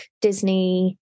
Disney